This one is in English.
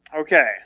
Okay